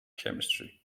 chemistry